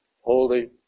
holy